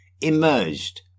emerged